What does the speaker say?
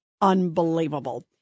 unbelievable